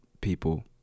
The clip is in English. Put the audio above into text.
people